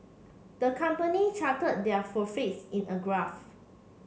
the company charted their profits in a graph